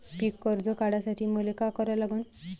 पिक कर्ज काढासाठी मले का करा लागन?